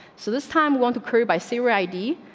so this time want to curry by syria? i d.